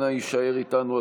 אנא הישאר איתנו,